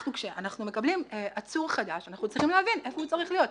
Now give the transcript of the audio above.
כשאנחנו מקבלים עצור חדש אנחנו צריכים להבין איפה הוא צריך להיות,